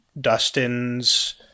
Dustin's